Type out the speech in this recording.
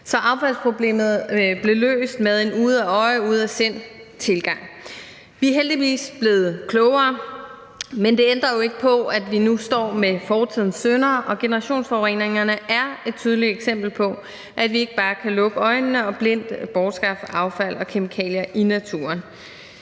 Så affaldsproblemet blev løst med en ude af øje, ude af sind-tilgang. Vi er heldigvis blevet klogere, men det ændrer jo ikke på, at vi nu står med fortidens synder, og generationsforureningerne er et tydeligt eksempel på, at vi ikke bare kan lukke øjnene og blindt bortskaffe affald og kemikalier i naturen.